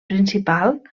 principal